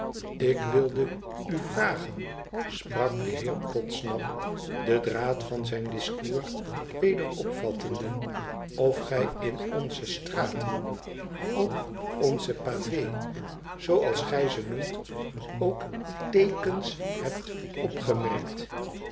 ik wilde u vragen sprak de heer podsnap den draad van zijn discours weder opvattende of gij in onze straten op onze pavés zooals gij ze noemt ook teekens hebt opgemerkt